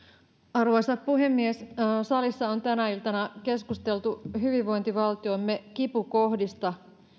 arvoisa puhemies salissa on tänä iltana keskusteltu hyvinvointivaltiomme kipukohdista